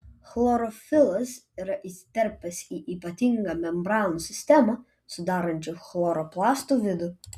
chlorofilas yra įsiterpęs į ypatingą membranų sistemą sudarančią chloroplastų vidų